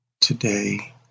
Today